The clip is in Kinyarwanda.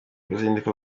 uruzinduko